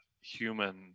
human